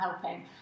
helping